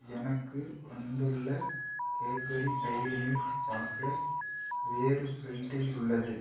எனக்கு வந்துள்ள Cadbury Dairy Milk chocolate வேறு ப்ரிண்டில் உள்ளது